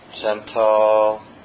gentle